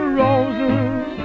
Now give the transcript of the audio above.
roses